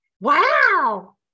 Wow